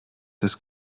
das